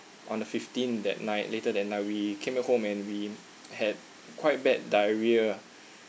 on the fifteenth that night later that night we came at home and we had a quite bad diarrhoea